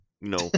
no